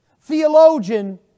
Theologian